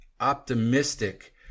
optimistic